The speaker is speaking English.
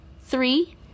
Three